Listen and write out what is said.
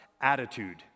Attitude